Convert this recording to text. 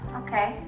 okay